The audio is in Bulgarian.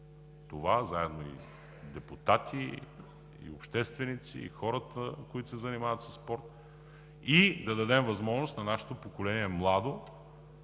заедно – и депутати, и общественици, и хората, които се занимават със спорт, и да дадем възможност на нашето младо